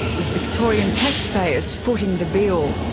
with victorian taxpayers footing the bill.